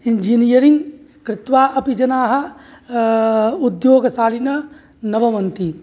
engineering कृत्वा अपि जनाः उद्योगशालिनः न भवन्ति